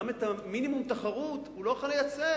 גם את מינימום התחרות הוא לא יכול לייצר,